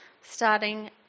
starting